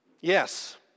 Yes